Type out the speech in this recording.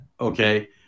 Okay